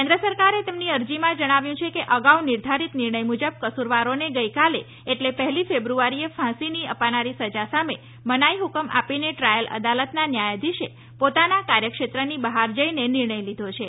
કેન્દ્ર સરકારે તેની અરજીમાં રજૂઆત કરી છે કે અગાઉ નિર્ધારીત નિર્ણય મુજબ કસૂરવારોને ગઈકાલે એટલે પહેલી ફેબ્રુઆરીએ અપાનારી ફાંસીની સજા સામે મનાઈ હકમ આપીને ટ્રાયલ અદાલતના ન્યાયાધીશે પોતાના કાર્યક્ષેત્રની બહાર જઈને નિર્ણય લીધો છે